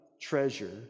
treasure